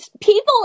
people